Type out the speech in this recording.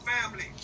family